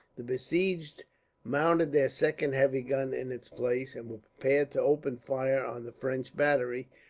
the besieged mounted their second heavy gun in its place, and were preparing to open fire on the french battery,